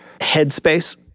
headspace